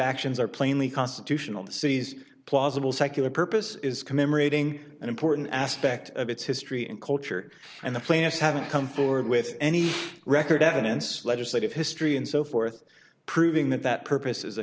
actions are plainly constitutional the city's plausible secular purpose is commemorating an important aspect of its history and culture and the plaintiffs haven't come forward with any record evidence legislative history and so forth proving that that purpose is a